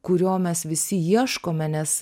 kurio mes visi ieškome nes